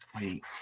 Wait